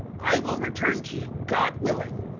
i will return to you, god willing.